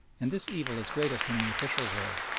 and this evil is greatest in the official world.